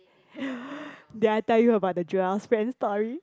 did tell you about the Joel's friend story